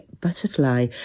butterfly